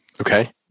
Okay